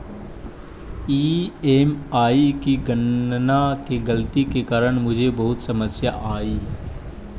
EMI की गणना की गलती के कारण मुझे बहुत समस्या आई